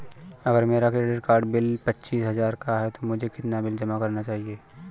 अगर मेरा credit card bill पच्चीस हजार का है तो मुझे कितना बिल जमा करना चाहिए?